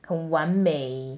很完美